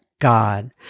God